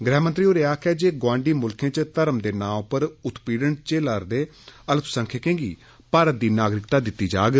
गृहमंत्री होरें आम्खेआ जे गोआंडी मुल्खे च धर्म दे नां उप्पर उत्पीड़न झल्ला'रदे अल्पसंख्यकें गी भारत दी नागरिकता दित्ती जाहग